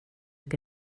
que